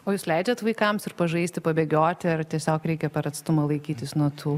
o jūs leidžiat vaikams ir pažaisti pabėgioti ar tiesiog reikia per atstumą laikytis nuo tų